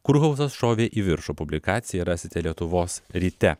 kurhauzas šovė į viršų publikaciją rasite lietuvos ryte